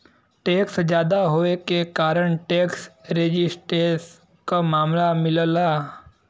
tax जादा होये के कारण टैक्स रेजिस्टेंस क मामला मिलला